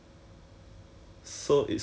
okay okay it sounds quite interesting leh